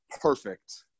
perfect